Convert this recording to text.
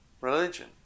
religion